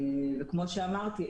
כמו שאמרתי,